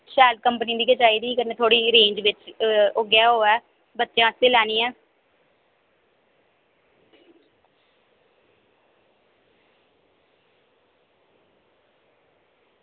शैल कंपनी दी गै चाहिदी कन्नै थोह्ड़ी इ'यां रेंज बिच उ'ऐ होऐ बच्चे आस्तै लैनी ऐ